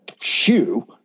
shoe